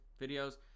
videos